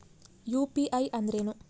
UPI ಅಂದ್ರೇನು?